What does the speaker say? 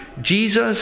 Jesus